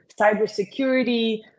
cybersecurity